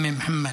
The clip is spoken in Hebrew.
אום מוחמד,